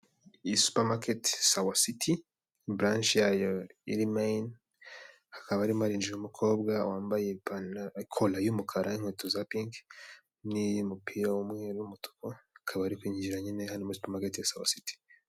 Iyi supamaketi sawa siti buranshe yayo iri meyini, hakaba harimo harinjira umukobwa wambaye kora y'umukara n'inkweto za pinki n'umupira w'umweru n'umutuku akaba ari kunjira nyine hamno muri supa maketi sawa siti.